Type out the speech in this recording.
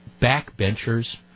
backbenchers